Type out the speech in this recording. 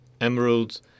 emeralds